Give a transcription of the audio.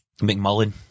McMullen